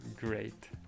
great